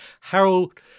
Harold